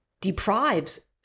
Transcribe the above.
deprives